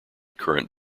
current